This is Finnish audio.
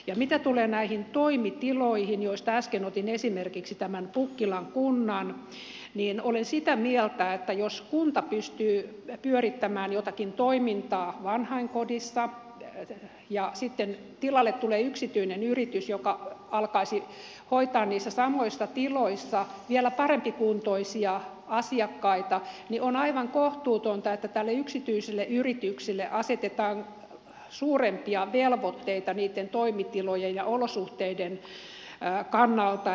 ja mitä tulee näihin toimitiloihin joista äsken otin esimerkiksi tämän pukkilan kunnan niin olen sitä mieltä että jos kunta pystyy pyörittämään jotakin toimintaa vanhainkodissa ja sitten tilalle tulee yksityinen yritys joka alkaisi hoitaa niissä samoissa tiloissa vielä parempikuntoisia asiakkaita niin on aivan kohtuutonta että tälle yksityiselle yritykselle asetetaan suurempia velvoitteita niitten toimitilojen ja olosuhteiden kannalta